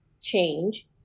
change